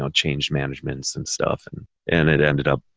ah changed managements and stuff. and and it ended up,